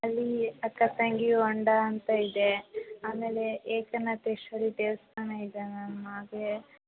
ಅಲ್ಲಿ ಅಕ್ಕ ತಂಗಿ ಹೊಂಡ ಅಂತ ಇದೆ ಆಮೇಲೆ ಏಕನಾಥೇಶ್ವರಿ ದೇವಸ್ಥಾನ ಇದೆ ಮ್ಯಾಮ್ ಹಾಗೇ